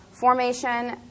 formation